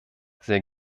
sehr